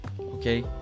Okay